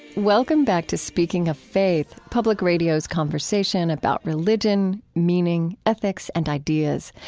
welcome back to speaking of faith, public radio's conversation about religion, meaning, ethics, and ideas.